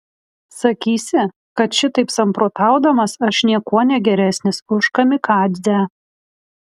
sakysi kad šitaip samprotaudamas aš niekuo negeresnis už kamikadzę